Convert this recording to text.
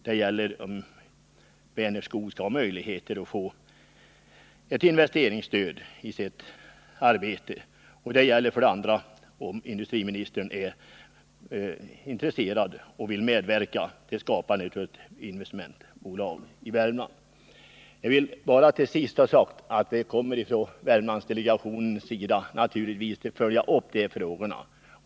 Det gäller för det första om Vänerskog skall få möjligheter till ett investeringsstöd för sitt arbete. Det gäller för det andra om industriministern är intresserad av att medverka till skapandet av ett investmentbolag i Värmland. Jag vill till sist bara ha sagt att vi från Värmlandsdelegationens sida naturligtvis kommer att följa upp frågorna.